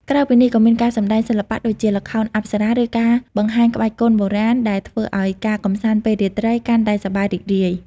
ក្រៅពីនេះ ក៏មានការសម្ដែងសិល្បៈដូចជា ល្ខោនអប្សរា ឬការបង្ហាញក្បាច់គុនបុរាណ ដែលធ្វើឱ្យការកម្សាន្តពេលរាត្រីកាន់តែសប្បាយរីករាយ។